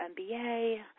MBA